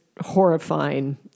horrifying